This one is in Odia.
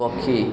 ପକ୍ଷୀ